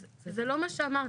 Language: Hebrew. אז זה לא מה שאמרתי.